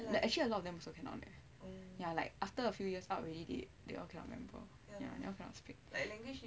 actually a lot of them also cannot leh ya like after a few years out already they all cannot remember and they cannot speak